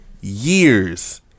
years